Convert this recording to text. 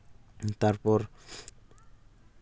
ᱛᱟᱨᱯᱚᱨ